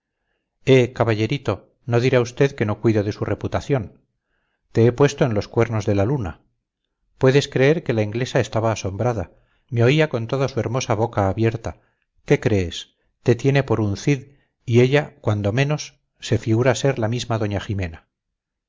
caballerito no dirá usted que no cuido de su reputación te he puesto en los cuernos de la luna puedes creer que la inglesa estaba asombrada me oía con toda su hermosa boca abierta qué crees te tiene por un cid y ella cuando menos se figura ser la misma doña jimena